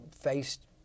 faced